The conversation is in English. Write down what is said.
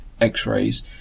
X-rays